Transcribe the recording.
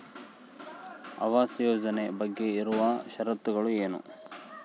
ಆವಾಸ್ ಯೋಜನೆ ಬಗ್ಗೆ ಇರುವ ಶರತ್ತುಗಳು ಏನು?